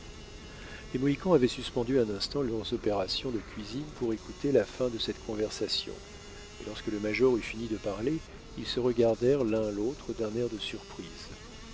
les mohicans avaient suspendu un instant leurs opérations de cuisine pour écouter la fin de cette conversation et lorsque le major eut fini de parler ils se regardèrent l'un l'autre d'un air de surprise